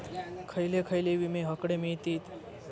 खयले खयले विमे हकडे मिळतीत?